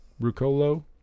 Rucolo